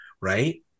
right